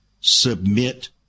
submit